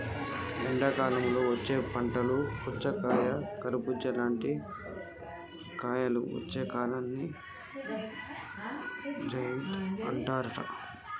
ఎండాకాలంలో వచ్చే పంటలు పుచ్చకాయ కర్బుజా లాంటి కాయలు వచ్చే కాలాన్ని జైద్ అంటారట